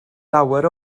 lawer